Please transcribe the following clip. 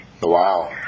Wow